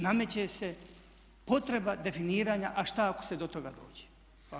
Nameće se potreba definiranja a šta ako se do toga dođe.